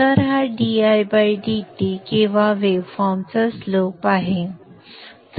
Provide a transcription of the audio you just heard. तर हा किंवा वेव्हफॉर्मचा स्लोप आहे